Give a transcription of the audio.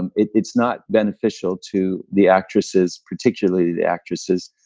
and it's it's not beneficial to the actresses, particularly the actresses.